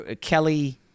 Kelly